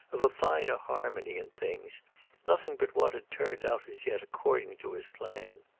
of a finer harmony in things nothing but what had turned out as yet according to his plan.